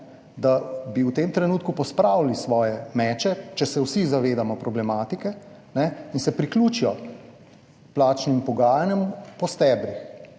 da bi v tem trenutku pospravili svoje meče, če se vsi zavedamo problematike, in se priključijo plačnim pogajanjem po stebrih,